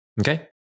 Okay